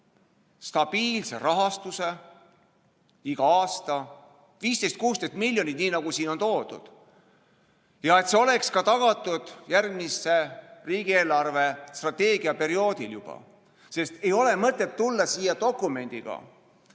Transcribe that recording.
stabiilse rahastuse igal aastal 15–16 miljonit, nii nagu siin on toodud. Ja et see oleks tagatud ka järgmisel riigi eelarvestrateegia perioodil, sest ei ole mõtet tulla siia dokumendiga,